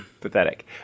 pathetic